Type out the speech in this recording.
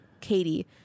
Katie